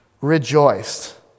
rejoiced